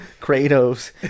Kratos